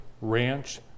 ranch